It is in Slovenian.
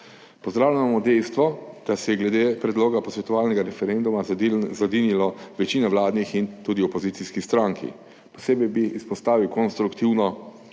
Pozdravljamo dejstvo, da se je glede predloga posvetovalnega referenduma zedinila večina vladnih in tudi opozicijskih strank. Posebej bi izpostavil konstruktivno